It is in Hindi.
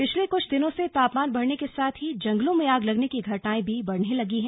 पिछले कुछ दिनों से तापमान बढ़ने के साथ ही जंगलों में आग लगने की घटनाएं भी बढ़ने लगी हैं